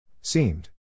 Seemed